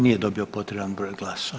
Nije dobio potreban broj glasova.